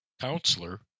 counselor